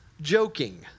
joking